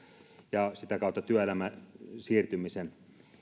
ja sitä kautta työelämään siirtymisen